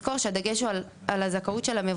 אני רק אומרת שצריך לזכור שהדגש הוא על הזכות של המבוטח,